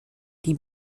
die